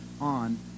on